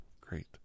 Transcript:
Great